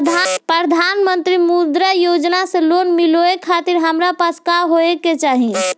प्रधानमंत्री मुद्रा योजना से लोन मिलोए खातिर हमरा पास का होए के चाही?